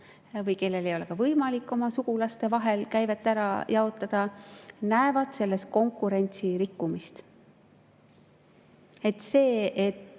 või kellel ei ole võimalik oma sugulaste vahel käivet ära jaotada, näevad selles konkurentsi rikkumist. See, et